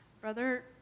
Brother